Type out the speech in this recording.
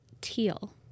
Teal